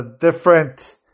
different